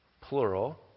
plural